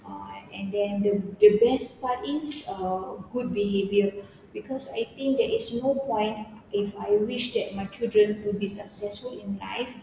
uh and then the the best part is uh good behaviour because I think there is no point if I wish that my children to be successful in life